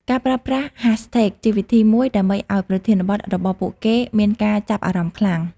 ការប្រើប្រាស់ ហាសថេក ជាវិធីមួយដើម្បីឱ្យប្រធានបទរបស់ពួកគេមានការចាប់អារម្មណ៍ខ្លាំង។